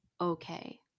okay